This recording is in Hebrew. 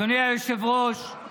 אדוני היושב-ראש,